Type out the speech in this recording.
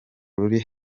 ruri